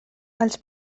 els